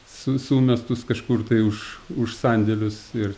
su sumestus kažkur tai už už sandėlius ir